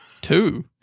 Two